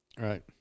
Right